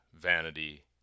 vanity